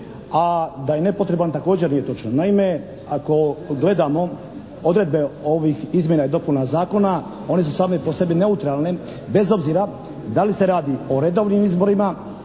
A da je nepotreban također nije točno. Naime, ako gledamo odredbe ovih izmjena i dopuna Zakona one su same po sebi neutralne bez obzira da li se radi o redovnim izborima